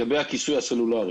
בעניין הכיסוי הסלולרי